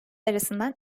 arasından